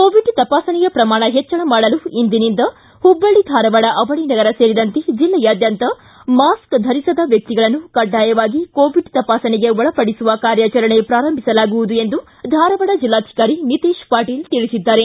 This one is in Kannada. ಕೋವಿಡ್ ತಪಾಸಣೆಯ ಪ್ರಮಾಣ ಹೆಚ್ಚಳ ಮಾಡಲು ಇಂದಿನಿಂದ ಹುಬ್ಬಳ್ಳ ಧಾರವಾಡ ಅವಳನಗರ ಸೇರಿದಂತೆ ಜಲ್ಲೆಯಾದ್ಯಂತ ಮಾಸ್ಕ್ ಧರಿಸದ ವ್ಯಕ್ತಿಗಳನ್ನು ಕಡ್ಡಾಯವಾಗಿ ಕೋವಿಡ್ ತಪಾಸಣೆಗೆ ಒಳಪಡಿಸುವ ಕಾರ್ಯಾಚರಣೆ ಪ್ರಾರಂಭಿಸಲಾಗುವುದು ಎಂದು ಧಾರವಾಡ ಜಿಲ್ಲಾಧಿಕಾರಿ ನಿತೇಶ್ ಪಾಟೀಲ್ ತಿಳಿಸಿದ್ದಾರೆ